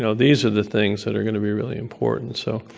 you know these are the things that are going to be really important. so